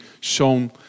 shown